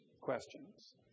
questions